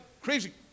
crazy